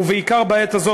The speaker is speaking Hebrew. בעיקר בעת הזאת,